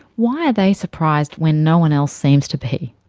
why are they surprised when no-one else seems to be?